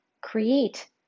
create